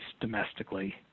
domestically